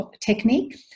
technique